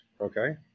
okay